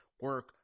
Work